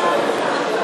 התשע"ג 2013,